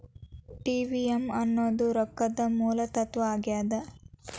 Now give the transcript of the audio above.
TVM ಅನ್ನೋದ್ ರೊಕ್ಕದ ಮೂಲ ತತ್ವ ಆಗ್ಯಾದ